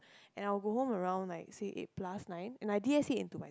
and I will go home around like six eight plus night and I D_S_A into mine